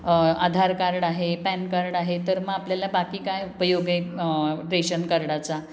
आधार card आहे PAN card आहे तर मग आपल्याला बाकी काय उपयोग आहे रेशन कार्डाचा